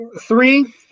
three